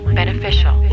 beneficial